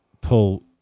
pull –